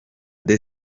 the